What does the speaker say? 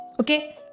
Okay